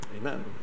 amen